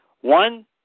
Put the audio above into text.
One